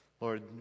Lord